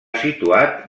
situat